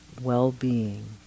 well-being